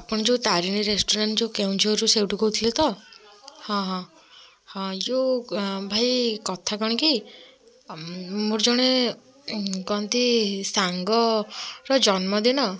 ଆପଣ ଯୋଉ ତାରିଣୀ ରେଷ୍ଟୁରାଣ୍ଟ ଯେଉଁ କେଉଁଝରରୁ ସେଉଠୁ କହୁଥିଲେ ତ ହଁ ହଁ ହଁ ଏଇ ଯେଉଁ ଭାଇ କଥା କଣ କି ମୋର ଜଣେ କଣ ତି ସାଙ୍ଗର ଜନ୍ମଦିନ